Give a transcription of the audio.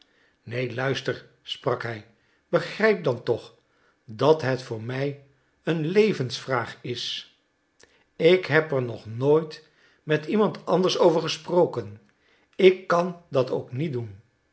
neen luister sprak hij begrijp dan toch dat het voor mij een levensvraag is ik heb er nog nooit met iemand anders over gesproken ik kan dat ook niet doen